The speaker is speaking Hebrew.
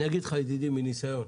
מניסיון,